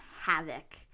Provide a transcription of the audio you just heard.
havoc